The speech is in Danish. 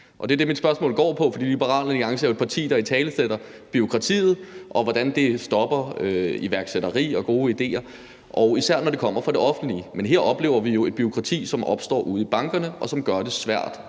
det er det, mit spørgsmål går på, for Liberal Alliance er jo et parti, der italesætter bureaukratiet, og hvordan det stopper iværksætteri og gode idéer – især når det kommer fra det offentlige. Men her oplever vi jo et bureaukrati, som opstår ude i bankerne, og som gør det svært